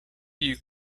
you